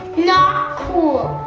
not cool!